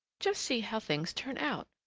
just see how things turn out!